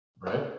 right